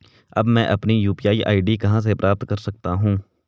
अब मैं अपनी यू.पी.आई आई.डी कहां से प्राप्त कर सकता हूं?